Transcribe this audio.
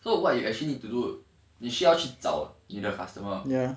so what you actually need to do 你是要去找你的 customer